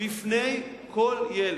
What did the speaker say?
בפני כל ילד.